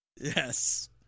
Yes